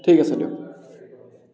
ঠিক আছে দিয়ক